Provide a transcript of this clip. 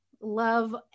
love